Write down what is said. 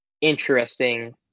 interesting